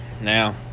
now